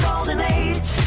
golden age